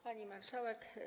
Pani Marszałek!